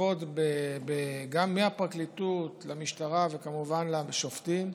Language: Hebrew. גם לפרקליטות, למשטרה וכמובן לשופטים,